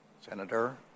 Senator